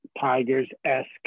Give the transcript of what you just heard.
Tigers-esque